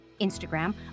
Instagram